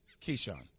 Keyshawn